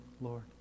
Lord